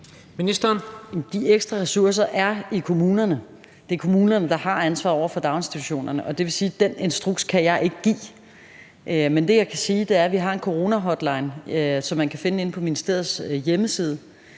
de ekstra ressourcer er i kommunerne. Det er kommunerne, der har ansvaret for daginstitutionerne. Det vil sige, at jeg ikke kan give den instruks. Men det, jeg kan sige, er, at vi har en coronahotline, som man kan finde inde på ministeriets hjemmeside,